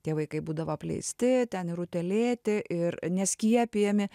tie vaikai būdavo apleisti ten ir utėlėti ir neskiepijami